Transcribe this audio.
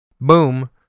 boom